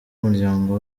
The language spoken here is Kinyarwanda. umuryango